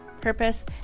purpose